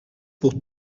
pour